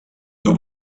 the